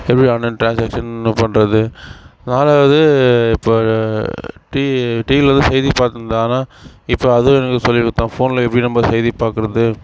எப்படி online transaction பண்ணுறது நாலாவது இப்போ டி டிவியில் எல்லா செய்தி பார்த்துட்டு இருந்தோம் ஆனால் இப்போ அதுவும் எனக்கு சொல்லி கொடுத்தான் ஃபோனில் எப்படி நம்ம செய்தி பார்க்கறது